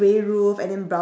grey roof and then brown